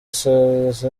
isazi